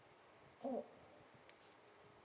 mm